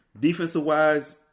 defensive-wise